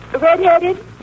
Redheaded